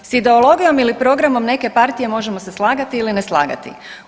S ideologijom ili programom neke partije možemo se slagati ili ne slagati.